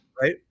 Right